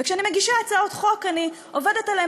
וכשאני מגישה הצעות חוק אני עובדת עליהן